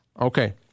Okay